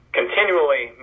continually